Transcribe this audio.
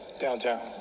downtown